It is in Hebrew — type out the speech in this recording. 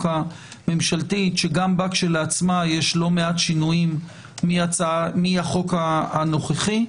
המלשתית שגם בה יש לא מעט שינויים מהחוק הנוכחי.